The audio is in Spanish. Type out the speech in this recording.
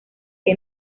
que